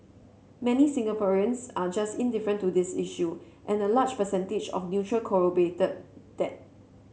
many Singaporeans are just indifferent to this issue and the large percentage of neutral corroborated that